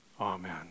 Amen